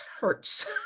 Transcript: hurts